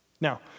Now